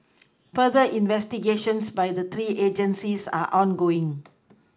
further investigations by the three agencies are ongoing